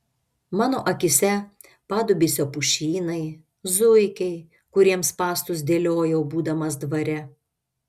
mano akyse padubysio pušynai zuikiai kuriems spąstus dėliojau būdamas dvare